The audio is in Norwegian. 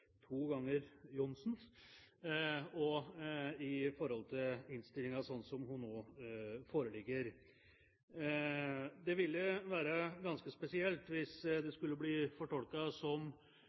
to ganger Johnsen-utvalget – og i innstillingen slik den nå foreligger. Det ville være ganske spesielt hvis det skulle bli tolket som